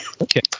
okay